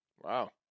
Wow